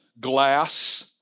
glass